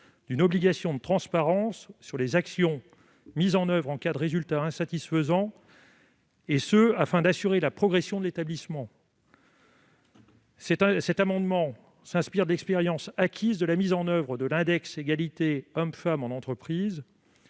d'une obligation de transparence sur les actions menées en cas de résultats insatisfaisants, afin d'assurer la progression de l'établissement. Il est inspiré de l'expérience acquise la mise en oeuvre de l'index de l'égalité professionnelle en entreprise,